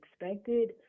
expected